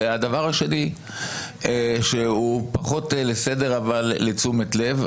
הדבר השני שהוא פחות לסדר אבל לתשומת לב.